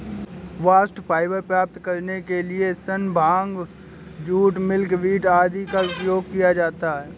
bast fibre प्राप्त करने के लिए सन, भांग, जूट, मिल्कवीड आदि का उपयोग किया जाता है